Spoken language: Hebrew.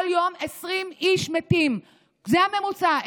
כל יום 20 איש מתים, זה הממוצע.